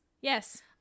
Yes